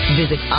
visit